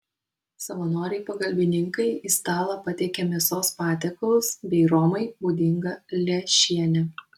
savanoriai pagalbininkai į stalą patiekia mėsos patiekalus bei romai būdingą lęšienę